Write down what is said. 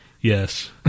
yes